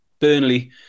Burnley